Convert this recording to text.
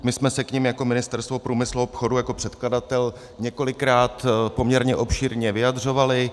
My jsme se k nim jako Ministerstvo průmyslu a obchodu, jako předkladatel, několikrát poměrně obšírně vyjadřovali.